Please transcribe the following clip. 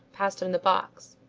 passed him the box.